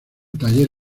taller